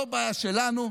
לא בעיה שלנו,